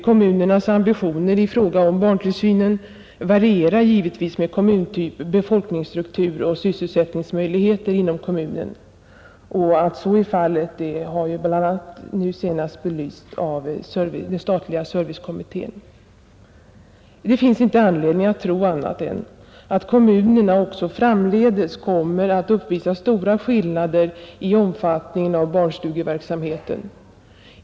Kommunernas ambitioner i fråga om barntillsynen varierar givetvis med kommuntyp, befolkningsstruktur och sysselsättningsmöjligheter inom kommunen. Att så är fallet har bl.a. nu senast belysts av den statliga servicekommittén, Det finns inte anledning att tro annat än att kommunerna också framdeles kommer att uppvisa stora skillnader i omfattningen av barnstugeverksamheten.